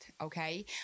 okay